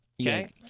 Okay